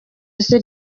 isi